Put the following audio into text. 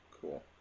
cool